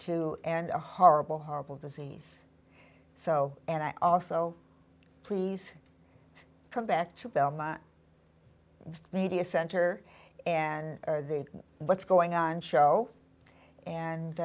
too and a horrible horrible disease so and i also please come back to belmont media center and are they what's going on show and